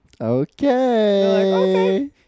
Okay